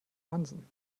hansen